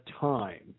time